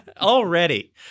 Already